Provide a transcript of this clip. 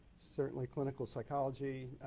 certainly clinical psychology,